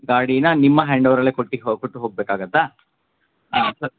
ಗಾಡಿನ ನಿಮ್ಮ ಹ್ಯಾಂಡ್ಓವರಲ್ಲೇ ಕೊಟ್ಟು ಹೋ ಕೊಟ್ಟು ಹೋಗಬೇಕಾಗತ್ತಾ ಹಾಂ ಸ